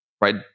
right